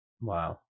Wow